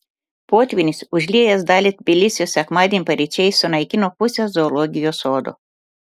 potvynis užliejęs dalį tbilisio sekmadienį paryčiais sunaikino pusę zoologijos sodo